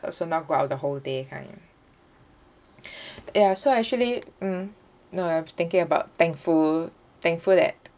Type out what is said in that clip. oh so now go out the whole day kind ya so actually mm no I was thinking about thankful thankful that